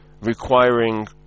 requiring